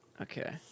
Okay